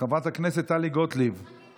די כבר, באמת.